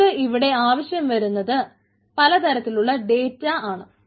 നമുക്ക് ഇവിടെ ആവശ്യം വരുന്നത് പലതരത്തിലുള്ള ഡേറ്റ ആണ്